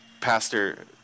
Pastor